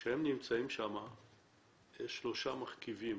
יש שלושה מרכיבים